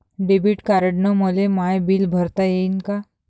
Debit कार्डानं मले my bill भरता येईन का?